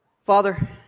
father